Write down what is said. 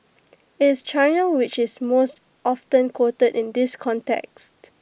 IT is China which is most often quoted in this context